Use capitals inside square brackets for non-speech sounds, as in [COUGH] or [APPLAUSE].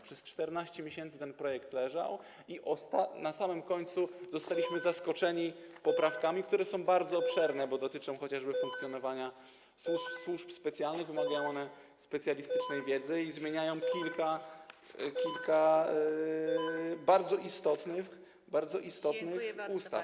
Przez 14 miesięcy ten projekt leżał i na samym końcu [NOISE] zostaliśmy zaskoczeni poprawkami, które są bardzo obszerne, bo dotyczą chociażby funkcjonowania służb specjalnych, wymagają specjalistycznej wiedzy i zmieniają kilka bardzo istotnych ustaw.